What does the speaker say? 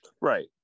Right